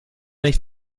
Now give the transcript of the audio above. nicht